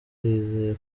yizeye